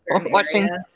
watching